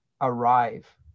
arrive